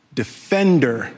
defender